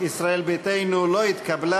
ישראל ביתנו לא התקבלה.